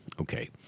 Okay